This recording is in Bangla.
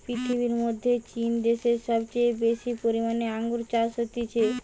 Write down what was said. পৃথিবীর মধ্যে চীন দ্যাশে সবচেয়ে বেশি পরিমানে আঙ্গুর চাষ হতিছে